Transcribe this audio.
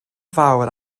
fawr